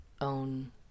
own